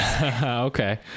okay